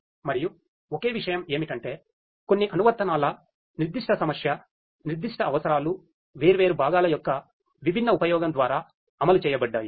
మరియు ఒకే విషయం ఏమిటంటే కొన్ని అనువర్తనాల నిర్దిష్ట సమస్య నిర్దిష్ట అవసరాలు వేర్వేరు భాగాల యొక్క విభిన్న ఉపయోగం ద్వారా అమలు చేయబడ్డాయి